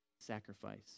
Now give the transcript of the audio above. Sacrifice